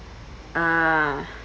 ah